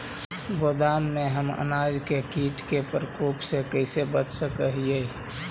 गोदाम में हम अनाज के किट के प्रकोप से कैसे बचा सक हिय?